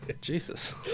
Jesus